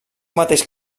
mateix